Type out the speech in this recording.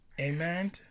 Amen